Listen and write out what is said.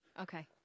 Okay